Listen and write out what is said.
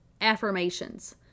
affirmations